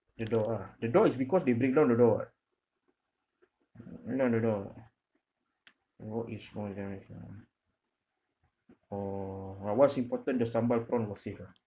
the door ah the door is because they break down the door [what] no no no wall is small damage lah orh what's important the sambal prawn was safe ah